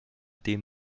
dem